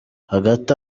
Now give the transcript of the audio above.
hagati